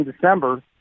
December